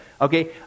Okay